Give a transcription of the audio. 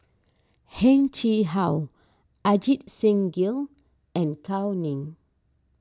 Heng Chee How Ajit Singh Gill and Gao Ning